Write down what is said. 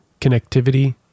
connectivity